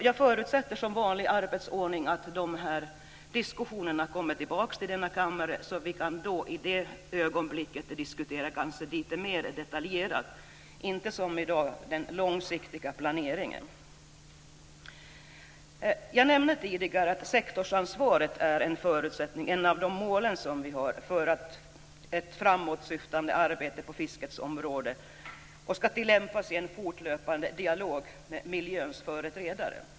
Jag förutsätter som arbetsordning att dessa diskussioner kommer tillbaka till denna kammare och att vi då kan diskutera litet mer detaljerat, inte som i dag den långsiktiga planeringen. Jag nämnde tidigare att sektorsansvaret är en förutsättning och ett av våra mål för ett framåtsyftande arbete på fiskets område. Det skall tillämpas i en fortlöpande dialog med miljöns företrädare.